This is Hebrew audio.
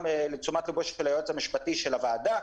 גם לתשומת ליבו של היועץ המשפטי של הוועדה,